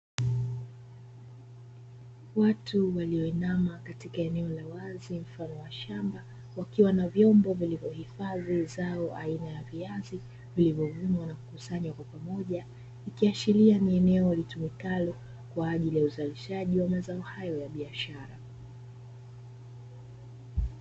Watu walioinama katika eneo la wazi mfano wa shamba, wakiwa na vyombo vilivyo hifadhi zao aina ya viazi vilivovunwa na kukusanywa pamoja ikiashiria ni zao la eneo litumikalo kwaajili ya utumikaji wa zao hilo la biashara.